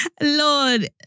Lord